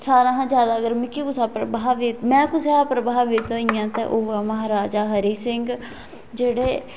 सारे शा जैदा अगर मिगी कुसै उप्पर प्रभावित में कुसै उप्पर प्रभावित होई आं ते ओह् ऐ महाराजा हरी सिंह जेह्ड़े